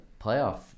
playoff